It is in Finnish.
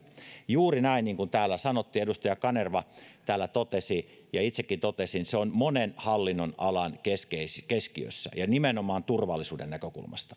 juuri näin niin kuin täällä sanottiin edustaja kanerva täällä totesi ja itsekin totesin että se on monen hallinnonalan keskiössä ja nimenomaan turvallisuuden näkökulmasta